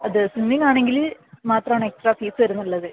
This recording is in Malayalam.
അത് സ്വിമ്മിംഗ് ആണെങ്കില് മാത്രമാണ് എക്സ്ട്രാ ഫീസ് വരുന്നുള്ളത്